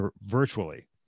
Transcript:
virtually